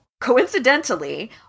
coincidentally